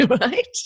Right